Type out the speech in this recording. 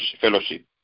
Fellowship